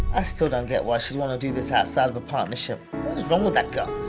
i still don't get why she'd want to do this outside of a partnership. what is wrong with that girl?